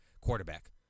quarterback